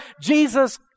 Jesus